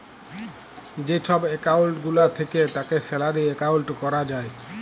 যে ছব একাউল্ট গুলা থ্যাকে তাকে স্যালারি একাউল্ট ক্যরা যায়